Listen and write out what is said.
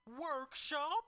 workshop